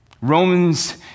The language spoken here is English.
Romans